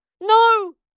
No